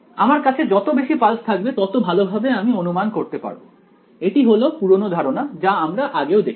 আমার কাছে যত বেশি পালস থাকবে তত ভালোভাবে আমি অনুমান করতে পারব এটি হলো পুরনো ধারণা যা আমরা আগেও দেখেছি